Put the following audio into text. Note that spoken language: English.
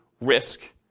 risk